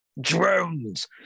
Drones